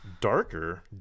Darker